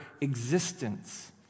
existence